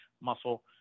muscle